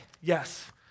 yes